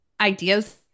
ideas